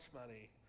money